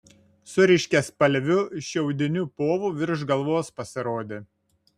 su ryškiaspalviu šiaudiniu povu virš galvos pasirodė